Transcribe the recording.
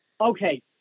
okay